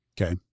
Okay